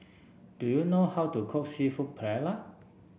do you know how to cook seafood Paella